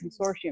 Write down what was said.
consortium